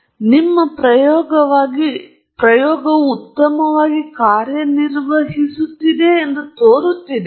ಆದ್ದರಿಂದ ನಿಮ್ಮ ಪ್ರಯೋಗವು ಉತ್ತಮವಾಗಿ ಕಾರ್ಯನಿರ್ವಹಿಸುತ್ತಿದೆ ಎಂದು ತೋರುತ್ತಿದೆ